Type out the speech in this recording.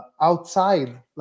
outside